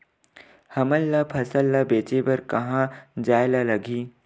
हमन ला फसल ला बेचे बर कहां जाये ला लगही?